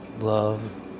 love